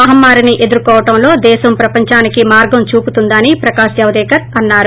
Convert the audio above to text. మహమ్మారిని ఎదుర్కోవడంలో దేశం ప్రపంచానికి మార్గం చూపుతుందని ప్రకాష్ జవదేకర్ అన్నారు